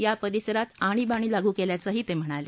या परिसरात आणीबाणी लागू केल्याचंही ते म्हणाले